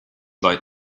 like